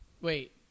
Wait